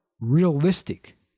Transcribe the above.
realistic